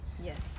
Yes